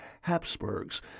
Habsburgs